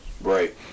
Right